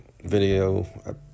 video